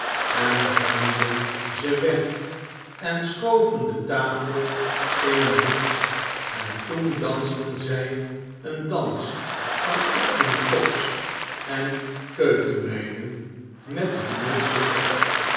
en ruimden ze weg en schoven de tafel in een hoek en toen dansten zjj een dans van achttien koks en keukenmeiden met hun mutsen op